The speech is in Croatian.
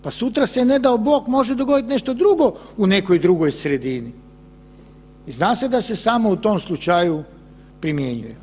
Pa sutra se ne dao Bog može dogoditi nešto drugo u nekoj drugoj sredini i zna se da se samo u tom slučaju primjenjuje.